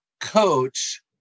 coach